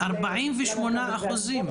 48%?